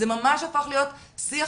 זה ממש הפך להיות שיח